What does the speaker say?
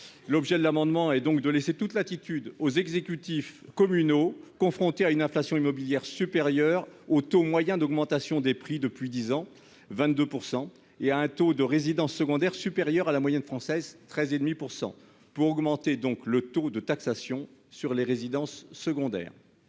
à 60 %. Il s'agit donc de laisser toute latitude aux exécutifs communaux, confrontés à une inflation immobilière supérieure au taux moyen d'augmentation des prix depuis dix ans- 22 % -et à un taux de résidences secondaires supérieur à la moyenne française- 13,5 % -d'augmenter le taux de taxation sur les résidences secondaires.